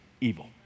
evil